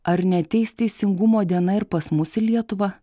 ar neateis teisingumo diena ir pas mus į lietuvą